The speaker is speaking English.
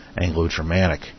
Anglo-Germanic